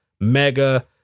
mega